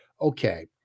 okay